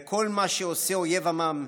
וכל מה שעושה אויב עמם,